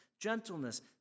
gentleness